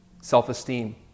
self-esteem